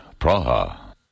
Praha